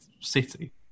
city